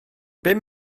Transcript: bum